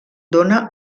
dóna